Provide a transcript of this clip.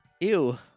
Ew